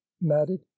matted